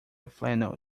flannel